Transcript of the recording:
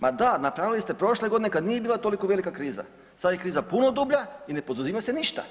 Ma da napravili ste prošle godine kad nije bila toliko velika kriza, sad je kriza puno dublja i ne poduzima se ništa.